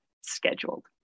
scheduled